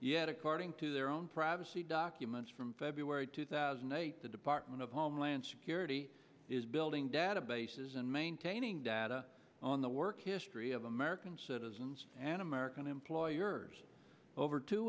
according to their own privacy documents from february two thousand and eight the department of homeland security is building databases and maintaining data on the work history of american citizens and american employers over two